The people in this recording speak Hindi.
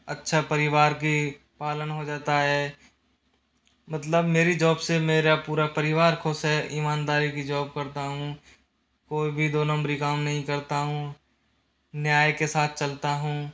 अच्छा परिवार की पालन हो जाता है मतलब मेरी जॉब से मेरा पूरा परिवार खुश है ईमानदारी की जॉब करता हूँ कोई भी दो नंबरी काम नहीं करता हूँ न्याय के साथ चलता हूँ